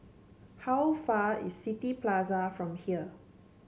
how far away is City Plaza from here